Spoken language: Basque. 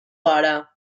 gara